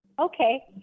Okay